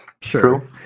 True